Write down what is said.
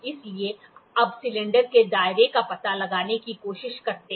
इसलिए अब सिलेंडर के दायरे का पता लगाने की कोशिश करते हैं